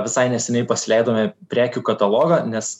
visai neseniai pasileidome prekių katalogą nes